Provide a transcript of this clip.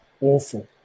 awful